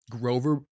Grover